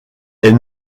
est